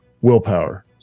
Willpower